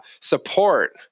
support